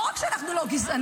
לא רק שאנחנו לא גזענים,